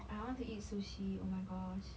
I want to eat sushi oh my gosh